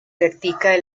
practica